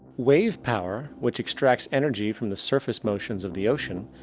wave power, which extracts energy from the surface motions of the oceans,